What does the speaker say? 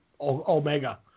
Omega